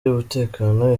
y’umutekano